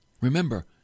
Remember